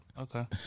Okay